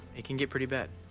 it can get pretty bad.